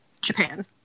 Japan